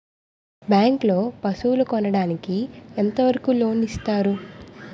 Bank లో పశువుల కొనడానికి ఎంత వరకు లోన్ లు ఇస్తారు?